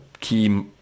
key